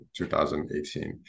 2018